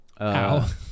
Ow